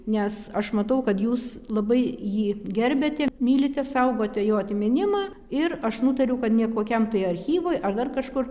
nes aš matau kad jūs labai jį gerbiate mylite saugote jo atminimą ir aš nutariau kad ne kokiam tai archyvui ar dar kažkur